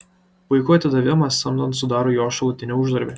vaikų atidavimas samdon sudaro jo šalutinį uždarbį